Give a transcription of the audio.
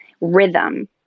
rhythm